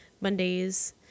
Mondays